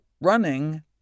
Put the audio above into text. running